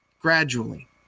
gradually